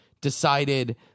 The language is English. decided